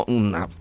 una